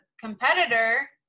competitor